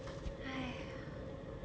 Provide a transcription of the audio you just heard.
!aiya!